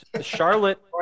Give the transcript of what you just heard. Charlotte